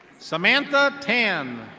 samantha tan.